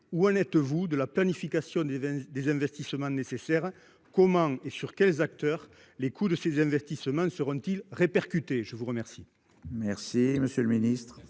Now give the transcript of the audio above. Où en êtes-vous de la planification des investissements nécessaires ? Comment et sur quels acteurs les coûts de ces investissements seront-ils répercutés ? La parole